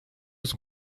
was